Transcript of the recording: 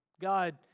God